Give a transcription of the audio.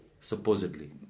Supposedly